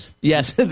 Yes